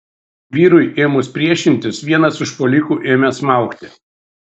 vyrui ėmus priešintis vienas užpuolikų ėmė smaugti